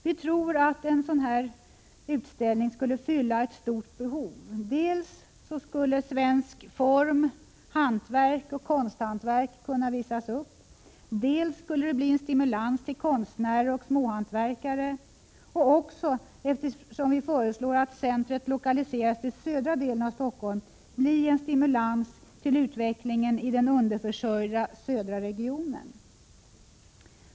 Vi tror att en sådan utställning skulle fylla ett stort behov. Dels skulle svensk form, hantverk och konsthantverk kunna visas upp, dels skulle det bli en stimulans för konstnärer och mindre hantverkare och också, eftersom vi föreslår att centret lokaliseras till södra delen av Stockholm, en stimulans till utveckling i den underförsörjda södra regionen.